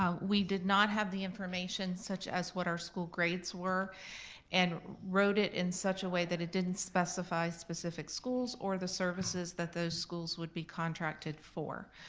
we did not have the information such as what our school grades were and wrote it in such a way that it didn't specify specific schools or the services that those schools would be contracted for.